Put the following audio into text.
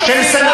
אל תסית,